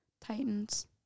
Titans